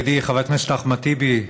ידידי חבר הכנסת אחמד טיבי,